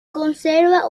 conserva